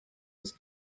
was